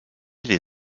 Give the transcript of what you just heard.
les